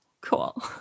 Cool